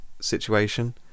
situation